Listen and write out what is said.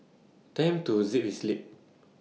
tell him to zip his lip